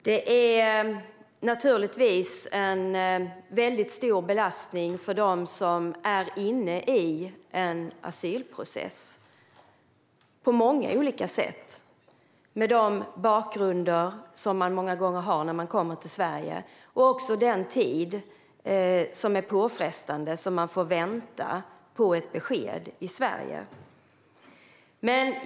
Det är naturligtvis en väldigt stor belastning för dem som är inne i en asylprocess på många olika sätt med de bakgrunder som människor många gånger har när de kommer till Sverige. Det gäller också den påfrestande tid som människor får vänta på ett besked i Sverige.